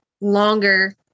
longer